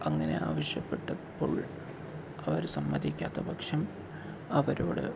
അങ്ങനെ ആവശ്യപ്പെട്ടപ്പോൾ അവര് സമ്മതിക്കാത്ത പക്ഷം അവരോട്